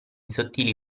sottili